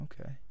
okay